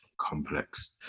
complex